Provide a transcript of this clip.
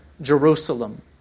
Jerusalem